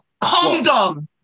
Condom